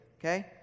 okay